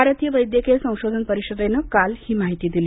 भारतीय वैद्यकीय संशोधन परिषदेनं काल ही माहिती दिली